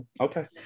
okay